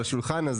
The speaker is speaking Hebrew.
על השולחן,